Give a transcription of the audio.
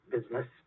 business